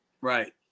Right